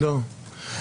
לא.